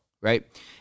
Right